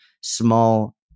small